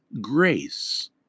grace